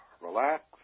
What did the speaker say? Relax